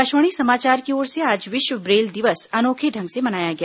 आकाशवाणी समाचार की ओर से आज विश्व ब्रेल दिवस अनोखे ढंग से मनाया गया